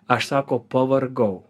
aš sako pavargau